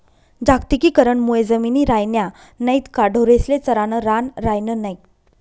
जागतिकीकरण मुये जमिनी रायन्या नैत का ढोरेस्ले चरानं रान रायनं नै